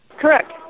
Correct